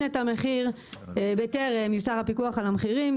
את המחיר בטרם יוסר הפיקוח על המחירים,